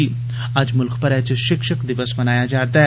अज्ज मुल्ख भरै च षिक्षक दिवस मनाया जा'रदा ऐ